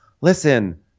listen